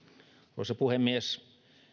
arvoisa puhemies